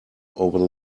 over